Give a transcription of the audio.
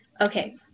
Okay